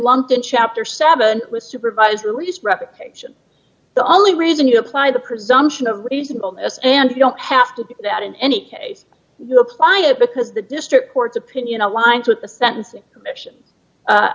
lumped in chapter seven with supervised release reputation the only reason you apply the presumption of reasonableness and you don't have to be that in any case you apply it because the district court's opinion aligns with the sentencing commission